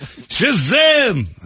Shazam